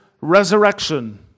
resurrection